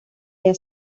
haya